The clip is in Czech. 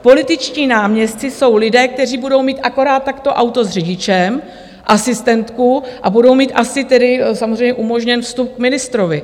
Političtí náměstci jsou lidé, kteří budou mít akorát tak to auto s řidičem, asistentku a budou mít asi tedy samozřejmě umožněn vstup k ministrovi.